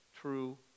true